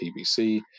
PVC